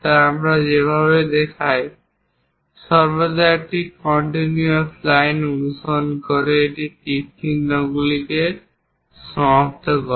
তা আমরা সেইভাবে দেখাই সর্বদা একটি কন্টিনিউয়াস লাইন অনুসরণ করে এই তীরচিহ্নগুলি সমাপ্ত হয়